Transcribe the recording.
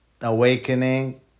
awakening